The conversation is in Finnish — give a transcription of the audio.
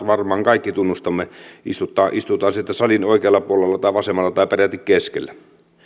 varmaan kaikki tunnustamme istutaan sitten salin oikealla puolella tai vasemmalla tai peräti keskellä